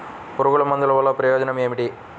పురుగుల మందుల వల్ల ప్రయోజనం ఏమిటీ?